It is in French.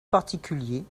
particulier